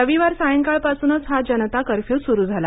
रविवार सायंकाळपासून हा जनता कर्फ्यू सुरू झाला